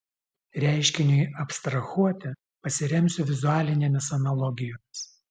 reiškiniui abstrahuoti pasiremsiu vizualinėmis analogijomis